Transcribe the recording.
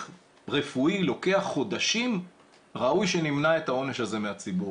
רפואי לוקח חודשים ראוי שנמנע את העונש הזה מהציבור,